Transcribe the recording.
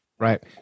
Right